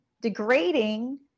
degrading